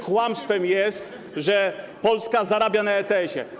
Kłamstwem jest, że Polska zarabia na ETS-ie.